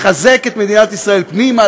לחזק את מדינת ישראל פנימה,